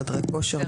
חדרי כושר,